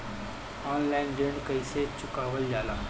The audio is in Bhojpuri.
ऑनलाइन ऋण कईसे चुकावल जाला?